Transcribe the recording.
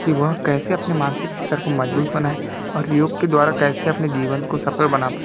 कि वह कैसे अपने मानसिक स्तर को मजबूत बनाए और योग के द्वारा कैसे अपने जीवन को सफल बना पाए